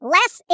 Less